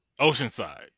Oceanside